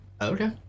Okay